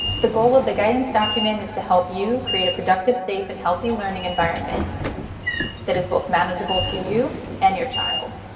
the goal of the guidance document is to help you create a productive safe and healthy learning environment that is both manageable to you and your child.